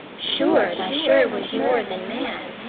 sure thy sure was more than man,